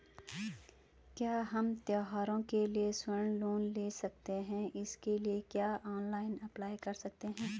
क्या हम त्यौहारों के लिए स्वर्ण लोन ले सकते हैं इसके लिए क्या ऑनलाइन अप्लाई कर सकते हैं?